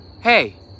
Hey